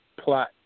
plot